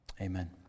amen